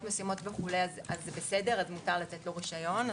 מסוימות אז מותר לתת לו רישיון.